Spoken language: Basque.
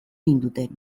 ninduten